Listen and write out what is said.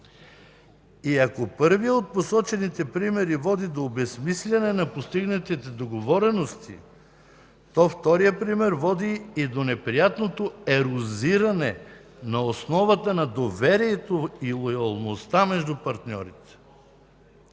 Ако първият от посочените примери води до обезсмисляне на постигнатите договорености, то вторият пример води и до неприятното ерозиране на основата на доверието и лоялността между партньорите.